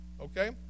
Okay